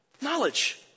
Knowledge